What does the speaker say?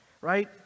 right